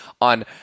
on